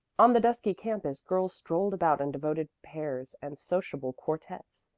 on the dusky campus girls strolled about in devoted pairs and sociable quartettes.